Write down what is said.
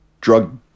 drug